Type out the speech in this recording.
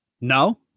No